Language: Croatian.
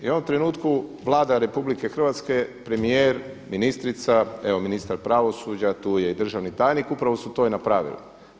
I u ovom trenutku Vlada RH, premijer, ministrica, evo ministar pravosuđa, tu je i državni tajnik, pravo su to i napravili.